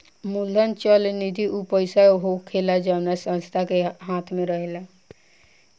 मूलधन चल निधि ऊ पईसा होखेला जवना संस्था के हाथ मे रहेला